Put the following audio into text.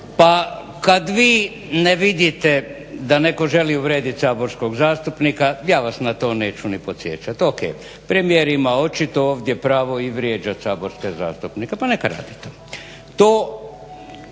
Pa kad vi ne vidite da netko želi uvrijedit saborskog zastupnika ja vas na to neću ni podsjećati. O.k. Premijer ima očito ovdje pravo i vrijeđati saborske zastupnike, pa neka rade to.